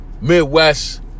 Midwest